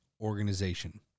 organization